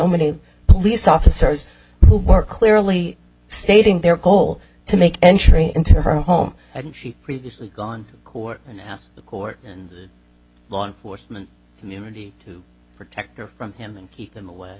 many police officers who were clearly stating their goal to make entry into her home and she previously gone court and asked the court and law enforcement community to protect her from him and keep them away